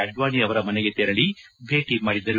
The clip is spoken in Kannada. ಅಡ್ವಾಣಿ ಅವರ ಮನೆಗೆ ತೆರಳಿ ಭೇಟಿ ಮಾಡಿದರು